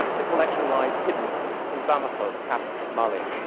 the collection lies hidden in bamako, the capital of mali,